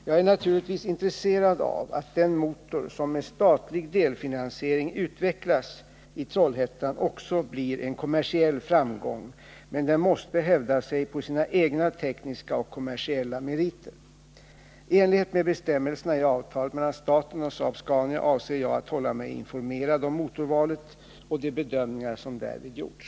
Jag är naturligtvis intresserad av att den motor som med statlig delfinansiering utvecklas i Trollhättan också blir en kommersiell framgång, men den måste hävda sig på sina egna tekniska och kommersiella meriter. I enlighet med bestämmelserna i avtalet mellan staten och Saab-Scania avser jag att hålla mig informerad om motorvalet och de bedömningar som därvid gjorts.